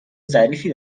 ظریفی